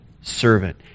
servant